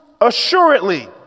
assuredly